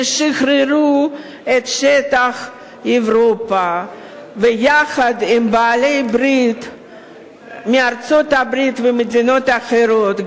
ששחררו את שטח אירופה ויחד עם בעלות-הברית מארצות-הברית ומדינות אחרות,